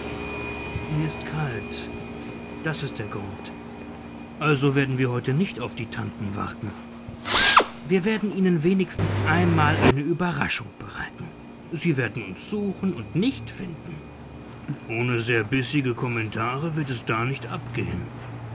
mir ist kalt das ist der grund also werden wir heute nicht auf die tanten warten wir werden ihnen wenigstens einmal eine überraschung bereiten sie werden uns suchen und nicht finden ohne sehr bissige kommentare wird es da nicht abgehen